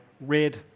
red